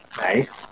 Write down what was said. Nice